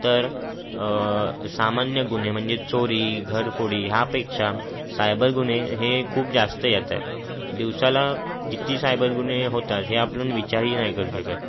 तर सामान्य गुन्हे म्हणजे चोरी घरफोडी ह्यापेक्षा सायबर गुन्हे हे खूप जास्त येत आहेत दिवसाला किती सायबर गुन्हे होतात हे आपण विचारही नाही करू शकत